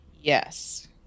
yes